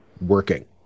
working